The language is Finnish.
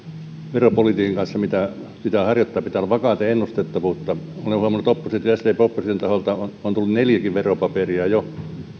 veropolitiikan kanssa mitä pitää harjoittaa pitää olla vakautta ja ennustettavuutta olen huomannut kuinka opposition sdpn opposition taholta on tullut neljäkin veropaperia jo